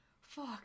fuck